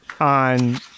on